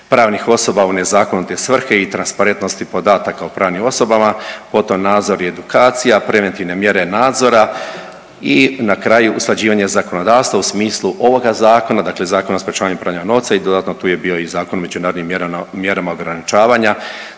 pravnih osoba u nezakonite svrhe i transparentnosti podataka o pravnim osobama, potom nadzor i edukacija, preventivne mjere nadzora i na kraju usklađivanje zakonodavstva u smislu ovoga zakona, dakle Zakona o sprječavanju pranja novca i dodatno tu je bio i Zakon o međunarodnim mjerama ograničavanja